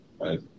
Right